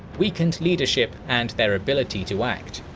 weakened leadership and their ability to act.